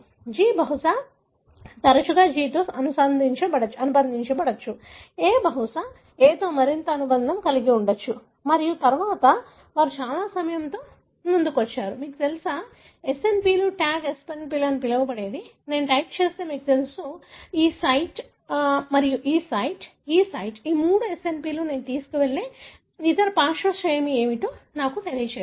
G బహుశా తరచుగా G తో అనుబంధించబడవచ్చు A బహుశా A తో మరింత అనుబంధం కలిగి ఉంటాడు మరియు తరువాత వారు చాలా సమాచారం తో ముందుకు వచ్చారు మీకు తెలుసా SNP లు ట్యాగ్ SNP లు అని పిలవబడేవి నేను టైప్ చేస్తే మీకు తెలుసు నేను టైప్ చేస్తాను ఈ సైట్ ఈ సైట్ మరియు ఈ సైట్ ఈ మూడు SNP లు నేను తీసుకువెళ్లే ఇతర పార్శ్వ శ్రేణి ఏమిటో నాకు తెలియజేస్తాయి